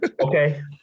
Okay